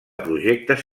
projectes